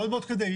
מאוד מאוד כדאי,